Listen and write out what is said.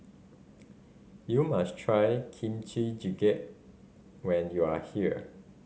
you must try Kimchi Jjigae when you are here